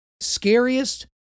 scariest